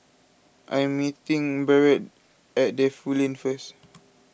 I am meeting Barrett at Defu Lane first